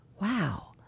wow